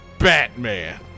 Batman